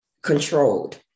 controlled